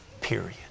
period